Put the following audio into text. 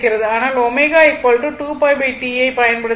ஆனால் ω 2πT ஐப் பயன்படுத்த வேண்டும்